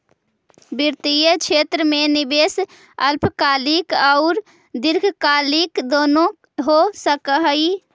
वित्तीय क्षेत्र में निवेश अल्पकालिक औउर दीर्घकालिक दुनो हो सकऽ हई